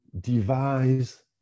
devise